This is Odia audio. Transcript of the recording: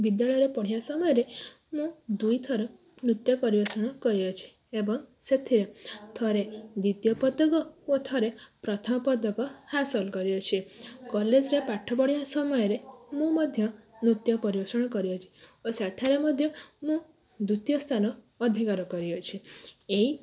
ବିଦ୍ୟାଳୟରେ ପଢ଼ିବା ସମୟରେ ମୁଁ ଦୁଇଥର ନୃତ୍ୟ ପରିବେଷଣ କରିଅଛି ଏବଂ ସେଥିରେ ଥରେ ଦ୍ୱିତୀୟ ପଦକ ଓ ଥରେ ପ୍ରଥମ ପଦକ ହାସଲ କରିଅଛି କଲେଜରେ ପାଠ ପଢ଼ିବା ସମୟରେ ମୁଁ ମଧ୍ୟ ନୃତ୍ୟ ପରିବେଷଣ କରିଅଛି ଓ ସେଠାରେ ମଧ୍ୟ ମୁଁ ଦ୍ୱିତୀୟ ସ୍ଥାନ ଅଧିକାର କରିଅଛି ଏଇ